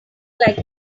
like